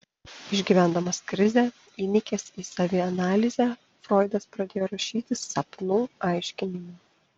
išgyvendamas krizę įnikęs į savianalizę froidas pradėjo rašyti sapnų aiškinimą